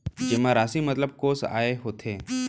जेमा राशि मतलब कोस आय होथे?